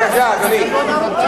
השר סיים.